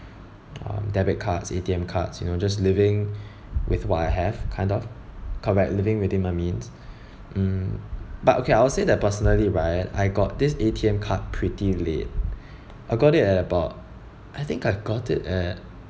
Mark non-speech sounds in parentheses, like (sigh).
um debit cards A_T_M cards you know just living (breath) with what I have kind of correct living within my means (breath) mm but okay I'll say that personally right I got this A_T_M card pretty late (breath) I got it at about I think I got it at